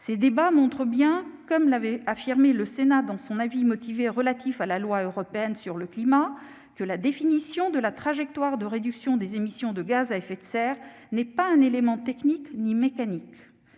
Ces débats prouvent bien, comme l'avait affirmé le Sénat dans son avis motivé relatif à la loi européenne sur le climat, que la définition de la trajectoire de réduction des émissions de gaz à effet de serre n'est pas un élément technique ni mécanique